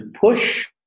push